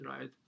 right